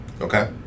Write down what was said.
Okay